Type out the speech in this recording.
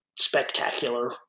spectacular